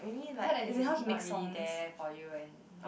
I heard that he's not really there for you and